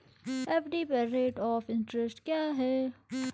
FD पर rate of interest क्या है?